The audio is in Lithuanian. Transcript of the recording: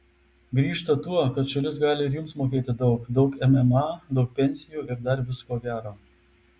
grįžta tuo kad šalis gali ir jums mokėti daug daug mma daug pensijų ir dar visko gero